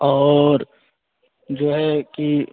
और जो है कि